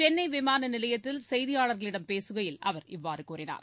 சென்னை விமான நிலையத்தில் செய்தியாளர்களிடம் பேசுகையில் அவர் இவ்வாறு கூறினார்